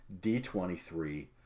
D23